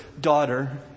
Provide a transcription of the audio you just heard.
Daughter